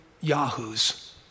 yahoos